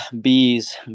bees